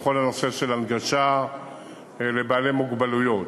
כל הנושא של הנגשה לבעלי מוגבלויות.